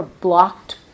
blocked